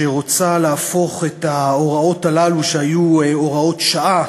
שרוצה להפוך את ההוראות הללו, שהיו הוראות שעה